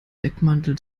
deckmantel